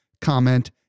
comment